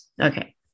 Okay